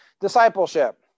discipleship